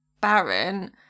Barren